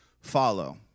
follow